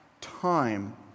time